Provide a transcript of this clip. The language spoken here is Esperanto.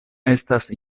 estas